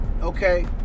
okay